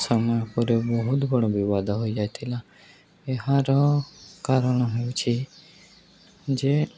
ସମୟ ପରେ ବହୁତ ବଡ଼ ବିବାଦ ହୋଇଯାଇଥିଲା ଏହାର କାରଣ ହେଉଛି ଯେ